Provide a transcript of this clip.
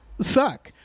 suck